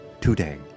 today